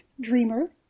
dreamer